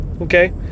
Okay